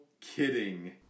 kidding